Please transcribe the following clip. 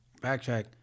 Backtrack